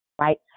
right